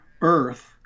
earth